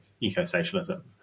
eco-socialism